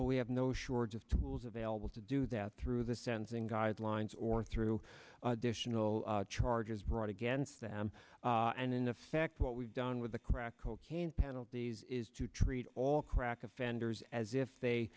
but we have no shortage of tools available to do that through the sensing guidelines or through dish until charges brought against them and in effect what we've done with the crack cocaine penalties is to treat all crack offenders as if they